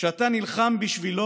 שאתה נלחם בשבילו.